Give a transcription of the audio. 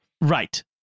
Right